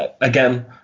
Again